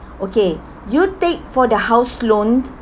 okay you take for the house loan